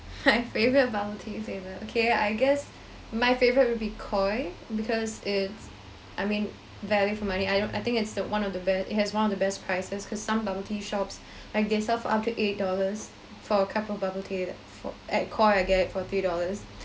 my favourite bubble tea flavor okay I guess my favourite would be Koi because it's I mean value for money I don't I think it's the one of the best it has one of the best prices cause some bubble tea shops like they sell for up to eight dollars for a cup of bubble tea that for at Koi I'll get it for three dollars